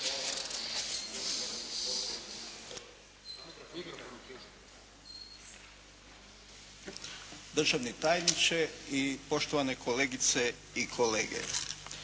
Državni tajniče i poštovane kolegice i kolege.